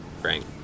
Frank